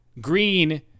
green